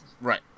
right